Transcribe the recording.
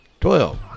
Twelve